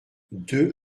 deux